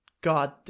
god